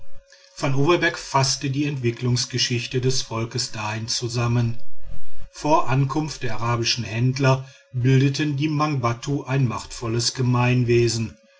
van overbergh faßt die entwicklungsgeschichte des volkes dahin zusammen vor ankunft der arabischen händler bildeten die mangbattu ein machtvolles gemeinwesen